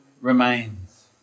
remains